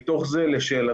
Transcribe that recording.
מתוך זה לשאלתך,